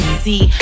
see